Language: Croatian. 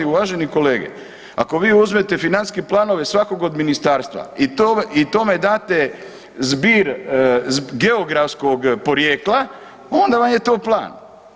Uvaženi kolege ako vi uzmete financijske planove svakog od ministarstva i tome date zbir geografskog porijekla onda vam je to plan.